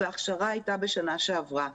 וההכשרה הייתה בשנה שעברה,